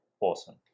awesome